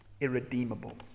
irredeemable